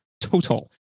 total